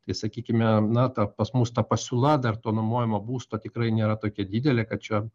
tai sakykime na ta pas mus ta pasiūla dar to nuomojamo būsto tikrai nėra tokia didelė kad čia